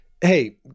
hey